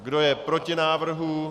Kdo je proti návrhu?